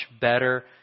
better